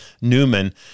Newman